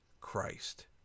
Christ